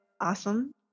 awesome